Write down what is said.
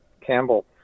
Campbell